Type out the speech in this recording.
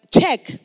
check